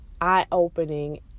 eye-opening